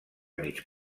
mig